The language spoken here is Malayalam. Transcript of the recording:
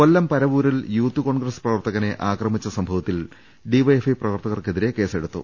കൊല്ലം പരവൂരിൽ യൂത്ത് കോൺഗ്രസ് പ്രവർത്തകനെ ആക്രമിച്ച സംഭവത്തിൽ ഡിവൈഎഫ്ഐ പ്രവർത്തകർക്കെതിരെ കേസെടുത്തു